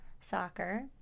soccer